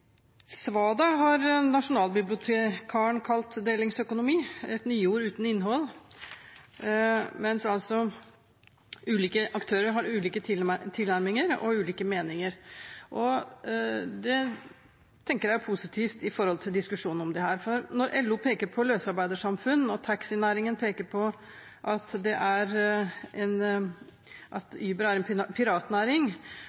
Svada, har nasjonalbibliotekaren kalt delingsøkonomi, et nyord uten innhold, mens ulike aktører har ulike tilnærminger og ulike meninger. Det tenker jeg er positivt med hensyn til diskusjonen om dette. Når LO peker på løsarbeidersamfunn og taxinæringen peker på at Uber er en